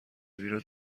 روی